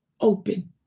open